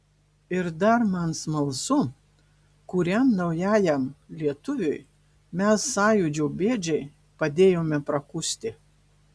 ir dar man smalsu kuriam naujajam lietuviui mes sąjūdžio bėdžiai padėjome prakusti